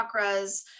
chakras